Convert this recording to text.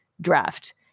draft